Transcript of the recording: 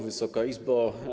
Wysoka Izbo!